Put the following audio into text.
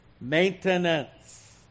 maintenance